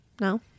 No